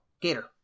Gator